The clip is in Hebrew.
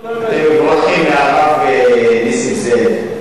אתם מבורכים מהרב נסים זאב.